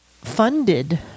funded